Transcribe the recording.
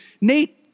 Nate